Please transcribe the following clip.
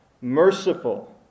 merciful